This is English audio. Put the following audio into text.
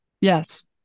Yes